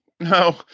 No